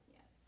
Yes